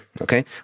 Okay